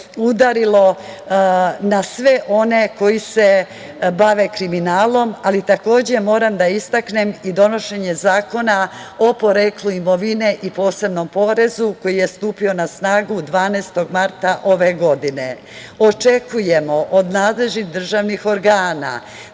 udarilo na sve one koji se bave kriminalom. Takođe, moram da istaknem i donošenje Zakona o poreklu imovine i posebnom porezu koji je stupio na snagu 12. marta ove godine. Očekujemo od nadležnih državnih organa